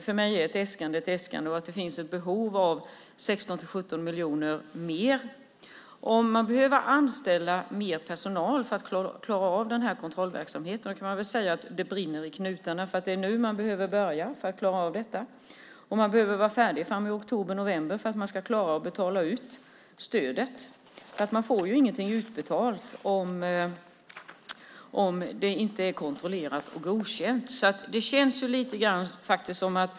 För mig är ett äskande ett äskande, och det finns ett behov av ytterligare 16-17 miljoner. Om man behöver anställa mer personal för att klara av kontrollverksamheten brinner det i knutarna. Det är nu man behöver börja för att klara av det, och man behöver vara färdig i oktober november för att kunna betala ut stödet. Ingenting blir ju utbetalt om det inte är kontrollerat och godkänt.